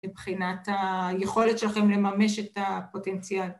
‫מבחינת היכולת שלכם ‫לממש את הפוטנציאל.